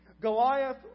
Goliath